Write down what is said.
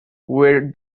where